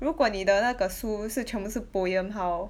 如果你的那个书是全部是 poem how